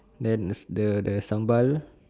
then the the sambal